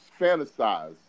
fantasize